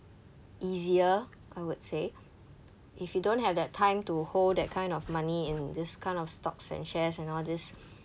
easier I would say if you don't have that time to hold that kind of money in these kind of stocks and shares and all these